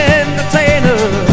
entertainer